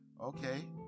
Okay